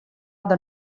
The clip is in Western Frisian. der